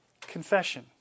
confession